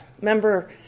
member